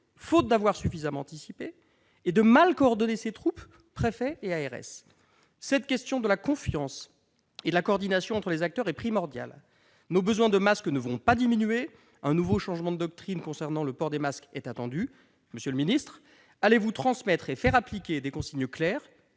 faute d'avoir suffisamment anticipé, et qu'il coordonne mal ses troupes, préfets et ARS. Cette question de la confiance et de la coordination entre les acteurs est primordiale. Nos besoins en masques ne vont pas diminuer ; un nouveau changement de doctrine concernant le port des masques est d'ailleurs attendu. Monsieur le ministre, allez-vous transmettre et faire appliquer des consignes claires,